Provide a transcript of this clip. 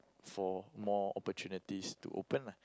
for more opportunities to open lah